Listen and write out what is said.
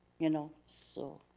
you know, so,